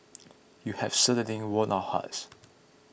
you have certainly won our hearts